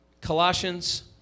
Colossians